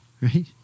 Right